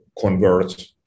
convert